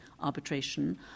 arbitration